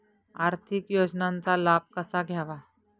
आर्थिक योजनांचा लाभ कसा घ्यावा?